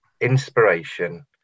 inspiration